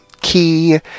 key